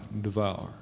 Devour